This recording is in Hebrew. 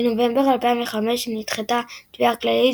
בנובמבר 2005 נדחתה התביעה כליל,